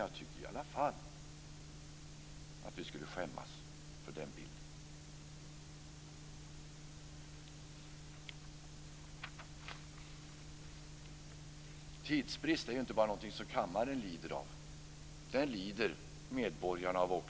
Jag tycker i alla fall att vi skulle skämmas för den bilden. Tidsbrist är någonting som inte bara kammaren lider av, utan det lider också medborgarna av.